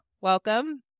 Welcome